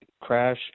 crash